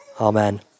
Amen